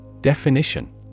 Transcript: Definition